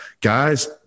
guys